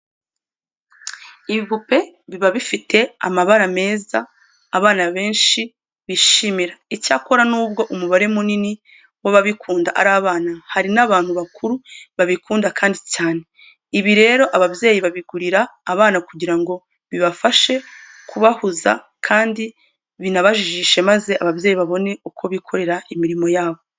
Ibipupe biba bifite amabara meza abana benshi bishimira. Icyakora nubwo umubare munini w'ababikunda ari abana, hari n'abantu bakuru babikunda kandi cyane. Ibi rero ababyeyi babigurira abana kugira ngo bibafashe kubahuza kandi binabajijishe maze ababyeyi babone uko bikorera imirimo yabo.